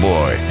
Boy